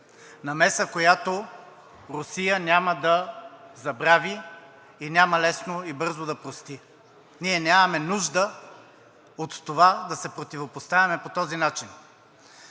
намеса, която Русия няма да забрави и няма лесно и бързо да прости. Ние нямаме нужда от това да се противопоставяме по този начин.